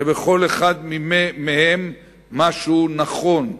ובכל אחד מהם משהו נכון.